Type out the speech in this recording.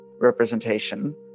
representation